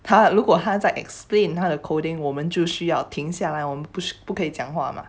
他如果他在 explain 他的 coding 我们就需要停下来我们不是不可以讲话吗